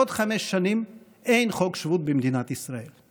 בעוד חמש שנים אין חוק שבות במדינת ישראל.